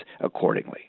accordingly